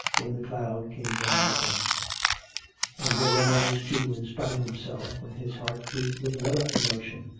when the cloud came down again and there were moments, too, in spite of himself, when his heart beat with another emotion,